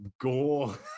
gore